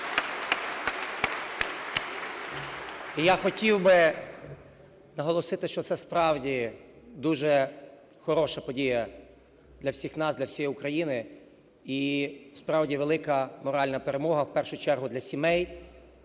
я хотів би наголосити, що це, справді, дуже хороша подія для всіх нас, для всієї України і, справді, велика моральна перемога в першу чергу для сімей